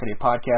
podcast